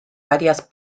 varias